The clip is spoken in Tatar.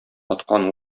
аткан